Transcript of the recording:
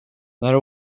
när